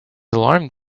alarmed